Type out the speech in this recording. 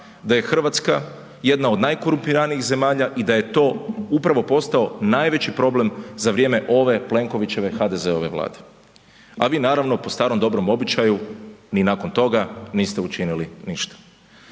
da je Hrvatska jedna od najkorumpiranijih zemalja i da je to upravo postao najveći problem za vrijeme ove Plenkovićeve HDZ-ove Vlade. A vi naravno po starom dobrom običaju, ni nakon toga niste učinili ništa.